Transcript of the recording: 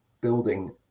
building